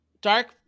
dark